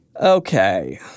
Okay